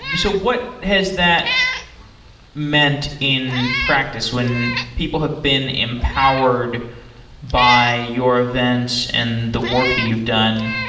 so what has that meant in practice, when people have been empowered by your event and the work that you've done?